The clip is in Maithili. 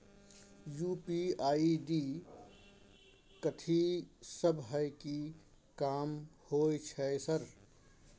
यु.पी.आई आई.डी कथि सब हय कि काम होय छय सर?